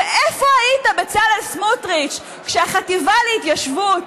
ואיפה היית, בצלאל סמוטריץ, כשהחטיבה להתיישבות